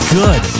good